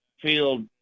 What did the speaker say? field